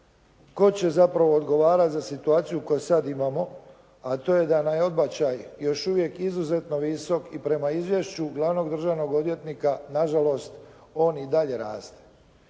tko će zapravo odgovarati za situaciju koju sada imamo, a to je da nam je odbačaj još uvijek izuzetno visok i prema izvješću glavnog državnog odvjetnika na žalost on i dalje raste.